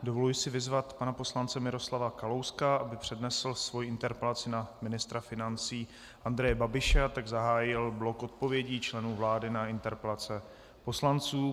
Dovoluji si vyzvat pana poslance Miroslava Kalouska, aby přednesl svoji interpelaci na ministra financí Andreje Babiše, a tak zahájil blok odpovědí členů vlády na interpelace poslanců.